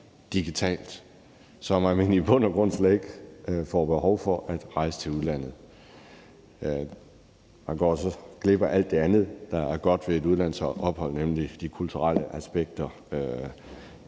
digitalt, så man i bund og grund slet ikke får behov for at rejse til udlandet. Man går så glip af alt det andet, der er godt ved et udlandsophold, nemlig de kulturelle aspekter,